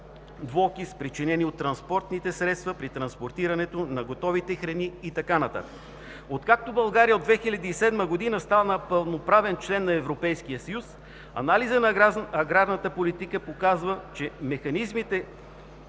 двуокис, причинени от транспортните средства при транспортирането на готовите храни, и така нататък. Откакто България от 2007 г. стана пълноправен член на Европейския съюз, анализът на аграрната политика показва, че механизмите